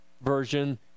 Version